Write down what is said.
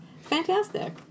Fantastic